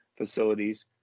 Facilities